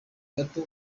gato